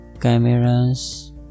cameras